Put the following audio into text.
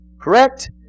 correct